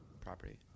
property